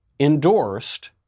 endorsed